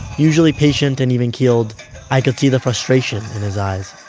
usually patient and even-keeled, i could see the frustration in his eyes